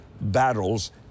battles